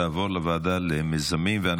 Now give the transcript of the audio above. היא תעבור לוועדה למיזמים ציבוריים.